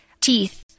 teeth